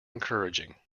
encouraging